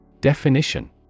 Definition